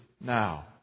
now